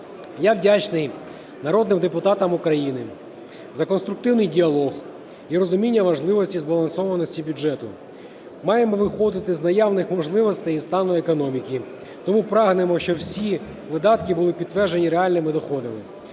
Я вдячний народним депутатам України за конструктивний діалог і розуміння важливості і збалансованості бюджету. Маємо виходити з наявних можливостей і стану економіки, тому прагнемо, щоб всі видатки були підтверджені реальними доходами.